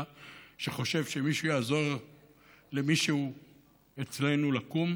שחושב שמישהו יעזור למישהו אצלנו לקום.